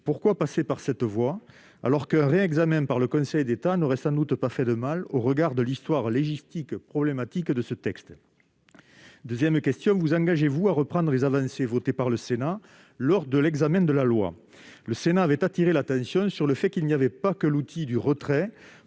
Pourquoi en passer par cette voie, alors qu'un réexamen par le Conseil d'État n'aurait sans doute pas fait de mal, au regard de l'histoire légistique problématique de ce texte ? Deuxième question : vous engagez-vous à reprendre les avancées votées par le Sénat lors de l'examen de la loi ? Notre Haute Assemblée avait attiré l'attention sur le fait qu'il n'y avait pas que l'outil du retrait